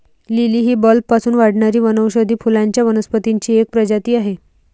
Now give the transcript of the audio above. lily ही बल्बपासून वाढणारी वनौषधी फुलांच्या वनस्पतींची एक प्रजाती आहे